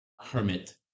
hermit